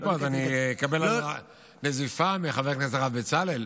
פה אז אני אקבל נזיפה מחבר הכנסת הרב בצלאל.